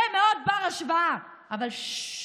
זה מאוד בר-השוואה, אבל ששש,